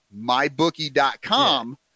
mybookie.com